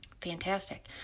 Fantastic